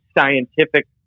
scientific